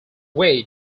way